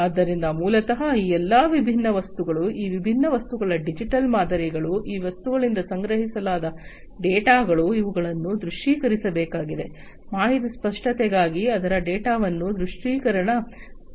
ಆದ್ದರಿಂದ ಮೂಲತಃ ಈ ಎಲ್ಲಾ ವಿಭಿನ್ನ ವಸ್ತುಗಳು ಈ ವಿಭಿನ್ನ ವಸ್ತುಗಳ ಡಿಜಿಟಲ್ ಮಾದರಿಗಳು ಈ ವಸ್ತುಗಳಿಂದ ಸಂಗ್ರಹಿಸಲಾದ ಡೇಟಾಗಳು ಇವುಗಳನ್ನು ದೃಶ್ಯೀಕರಿಸಬೇಕಾಗಿದೆ ಮಾಹಿತಿ ಸ್ಪಷ್ಟತೆಗಾಗಿ ಅದರ ಡೇಟಾವನ್ನು ದೃಶ್ಯೀಕರಣ ಗೊಳಿಸಬೇಕಾಗಿದೆ